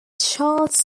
charles